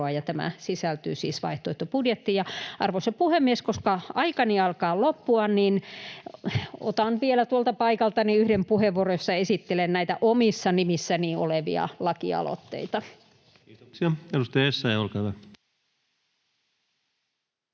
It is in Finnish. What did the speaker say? tämä sisältyy siis vaihtoehtobudjettiin. Arvoisa puhemies! Koska aikani alkaa loppua, niin otan vielä tuolta paikaltani yhden puheenvuoron, jossa esittelen näitä omissa nimissäni olevia lakialoitteita. [Speech 188] Speaker: